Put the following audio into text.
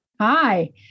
Hi